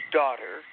daughter